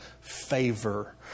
favor